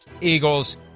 Eagles